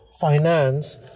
finance